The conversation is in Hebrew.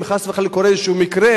אם חס וחלילה קורה איזה מקרה,